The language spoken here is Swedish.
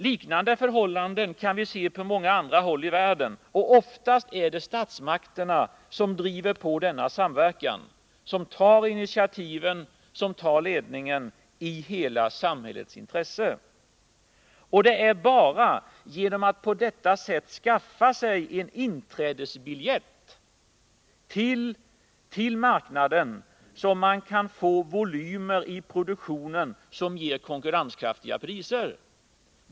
Liknande förhållanden kan vi se på många andra håll i världen. Oftast är det statsmakterna som driver på denna samverkan, som tar initiativ och som tar ledningen i hela samhällets intresse. Det är bara genom att på detta sätt skaffa sig en inträdesbiljett till marknaden som man kan få volymer i produktionen som ger konkurrenskraftiga priser.